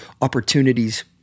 opportunities